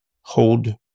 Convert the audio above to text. hold